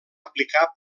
aplicar